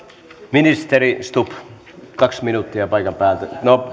ministeri stubb kaksi minuuttia paikan päältä no